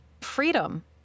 freedom